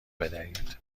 بدهید